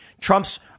Trump's